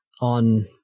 on